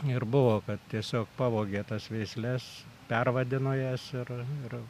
ir buvo kad tiesiog pavogė tas veisles pervadino jas ir